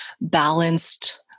balanced